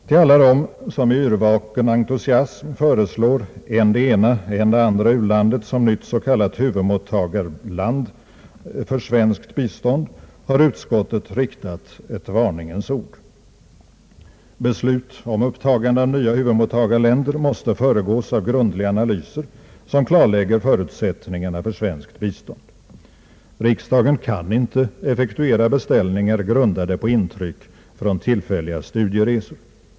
Till alla dem som med yrvaken entusiasm föreslår än det ena, än det andra u-landet som nytt s.k. huvudmottagarland för svenskt bistånd har utskottet riktat ett varningens ord. Beslut om upptagande av nya huvudmottagarländer måste föregås av grundliga analyser som klarlägger förutsättningarna för svenskt bistånd. Riksdagen kan inte effektuera beställningar, grundade på intryck från tillfälliga studieresor.